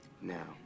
now